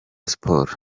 sports